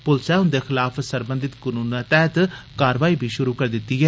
पुलसै उन्दे खलाफ सरबंधित कनूनै तैहत कारवाई बी शुरू करी दित्ती ऐ